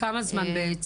כמה זמן בעצם,